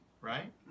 right